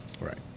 Right